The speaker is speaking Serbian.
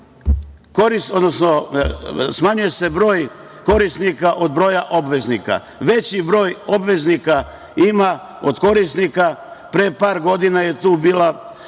smanjuje broj korisnika od broja obveznika, veći broj obveznika ima od korisnika. Pre par godina je tu bila